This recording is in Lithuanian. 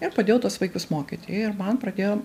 ir padėjau tuos vaikus mokyti ir man pradėjo